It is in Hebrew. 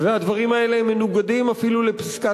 והדברים האלה מנוגדים אפילו לפסקת